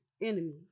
enemies